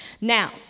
Now